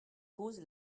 cause